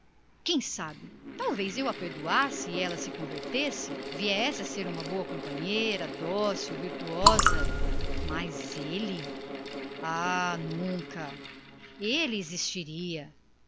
quem sabe se eu perdoasse ela talvez se arrependesse e viesse ainda a dar uma boa companheira virtuosa e dócil mas e ele oh nunca ele existiria